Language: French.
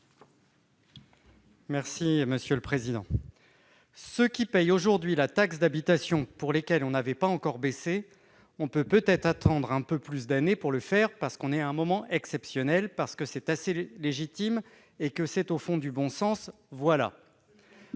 M. Rémi Féraud. « Ceux qui payent aujourd'hui la taxe d'habitation pour lesquels on n'avait pas encore baissé, on peut peut-être attendre un peu plus d'années pour le faire parce qu'on est à un moment exceptionnel, parce que c'est assez légitime et que c'est au fond du bon sens. Voilà.